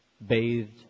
bathed